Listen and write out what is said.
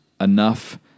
enough